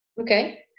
Okay